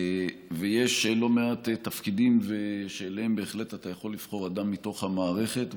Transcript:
ויש לא מעט תפקידים שאליהם בהחלט אתה יכול לבחור אדם מתוך המערכת,